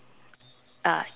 ah